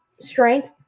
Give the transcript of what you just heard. strength